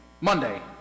Monday